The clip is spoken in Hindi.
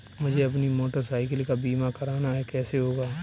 मुझे अपनी मोटर साइकिल का बीमा करना है कैसे होगा?